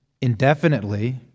indefinitely